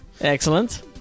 Excellent